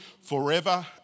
forever